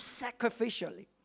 sacrificially